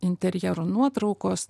interjerų nuotraukos